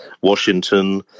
Washington